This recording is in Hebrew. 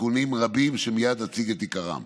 תיקונים רבים, שמייד אציג את עיקרם,